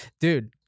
Dude